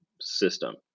system